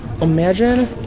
imagine